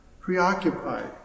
preoccupied